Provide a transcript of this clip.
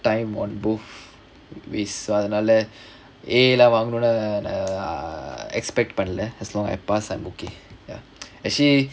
time on both அதுனால:athunaala A எல்லாம் வாங்கனுனு:ellaam vaanganunu err ah expect பண்ல:panla as long I pass I'm okay ya actually